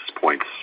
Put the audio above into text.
points